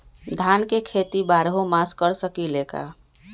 धान के खेती बारहों मास कर सकीले का?